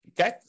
okay